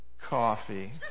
coffee